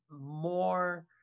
more